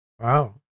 Wow